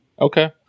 Okay